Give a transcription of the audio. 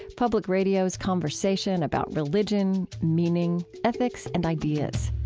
public radio's conversation about religion, meaning, ethics, and ideas